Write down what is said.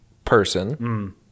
Person